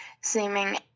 Seeming